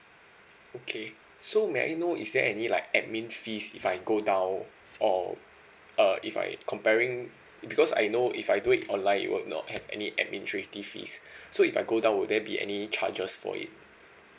okay so may I know is there any like administrative fees if I go down or uh if I comparing because I know if I do it online it would not have any administrative fees so if I go down will there be any charges for it